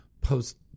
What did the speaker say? post